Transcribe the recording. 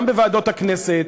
גם בוועדות הכנסת,